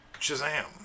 Shazam